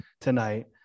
tonight